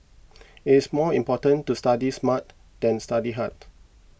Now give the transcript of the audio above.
it is more important to study smart than study hard